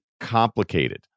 complicated